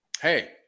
Hey